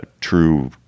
true